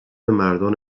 مردان